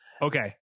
Okay